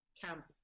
camp